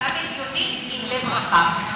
אתה אדם הגיוני עם לב רחב,